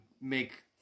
make